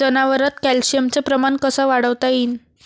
जनावरात कॅल्शियमचं प्रमान कस वाढवता येईन?